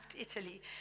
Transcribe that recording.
Italy